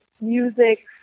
music